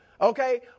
Okay